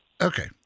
Okay